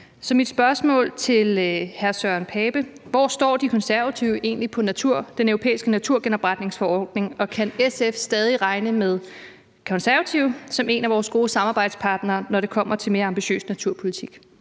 Så mit spørgsmål til hr. Søren Pape Poulsen er: Hvor står De Konservative egentlig i forhold til den europæiske naturgenopretningsforordning? Og kan SF stadig regne med De Konservative som en af vores gode samarbejdspartnere, når det kommer til en mere ambitiøs naturpolitik?